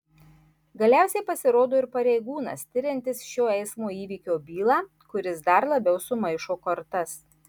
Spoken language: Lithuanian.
galiausiai pasirodo ir pareigūnas tiriantis šio eismo įvykio bylą kuris dar labiau sumaišo kortas